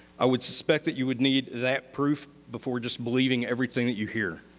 i would suspect that you would need that proof before just believe and everything that you hear.